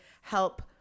help